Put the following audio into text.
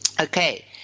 Okay